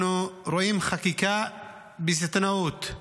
אנחנו רואים חקיקה בסיטונאות,